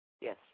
Yes